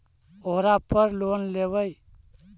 ओरापर लोन लेवै?